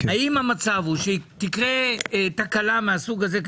אם תקרה תקלה מהסוג הזה,